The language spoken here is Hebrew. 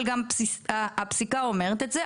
אבל הפסיקה גם אומרת את זה.